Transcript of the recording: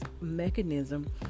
mechanism